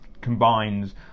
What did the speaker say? combines